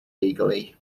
eagerly